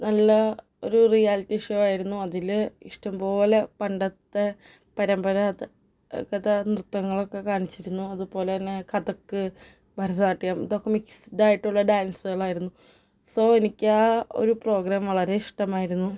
നല്ല ഒരു reality show ആയിരുന്നു അതിൽ ഇഷ്ടം പോലെ പണ്ടത്തെ പരമ്പരാഗത നൃത്തങ്ങളൊക്കെ കാണിച്ചിരുന്നു അതുപോലെ തന്നെ കഥക് ഭരതനാട്യം ഇതൊക്കെ മിക്സ്ഡ് ആയിട്ടുള്ള ഡാൻസുകളായിരുന്നു സോ എനിക്ക് ആ ഒരു പ്രോഗ്രാം വളരെ ഇഷ്ടമായിരുന്നു